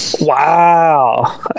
Wow